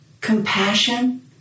compassion